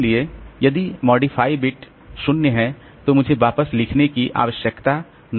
इसलिए यदि modified bit 0 है तो मुझे वापस लिखने की आवश्यकता नहीं है